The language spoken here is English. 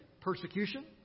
persecution